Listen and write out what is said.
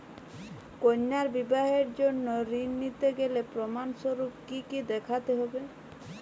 কন্যার বিবাহের জন্য ঋণ নিতে গেলে প্রমাণ স্বরূপ কী কী দেখাতে হবে?